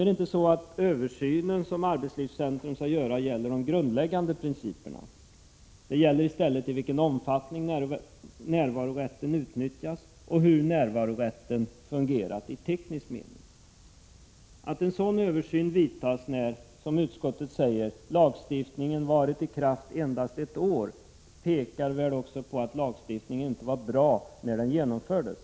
Den översyn som arbetslivscentrum skall göra gäller inte de grundläggande principerna. Den gäller i stället i vilken omfattning närvarorätten utnyttjats och hur närvarorätten fungerat i teknisk mening. Att en sådan översyn vidtas när, som utskottet säger, lagstiftningen varit i kraft endast ett år pekar väl också på att lagstiftningen inte var bra när den genomfördes.